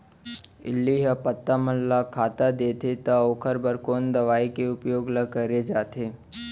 इल्ली ह पत्ता मन ला खाता देथे त ओखर बर कोन दवई के उपयोग ल करे जाथे?